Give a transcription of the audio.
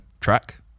track